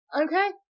Okay